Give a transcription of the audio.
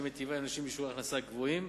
שמיטיבה עם נשים בשיעורי הכנסה גבוהים,